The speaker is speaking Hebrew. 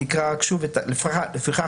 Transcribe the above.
אני אקריא שוב: "לפיכך,